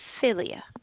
filia